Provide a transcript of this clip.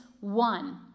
one